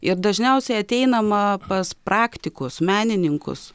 ir dažniausiai ateinama pas praktikus menininkus